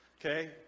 Okay